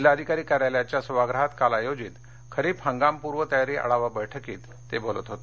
जिल्हाधिकारी कार्यालयाच्या सभागृहात काल आयोजित खरीप हंगाम पूर्वतयारी आढावा बठकीत ते बोलत होते